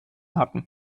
hatten